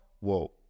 whoa